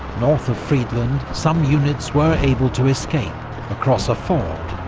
north of friedland, some units were able to escape across a ford,